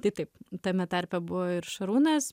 tai taip tame tarpe buvo ir šarūnas